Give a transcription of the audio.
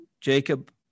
Jacob